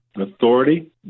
authority